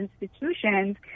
institutions